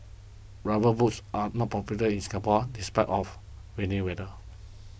rubber boots are not popular in Singapore despite of rainy weather